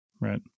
right